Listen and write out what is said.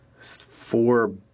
four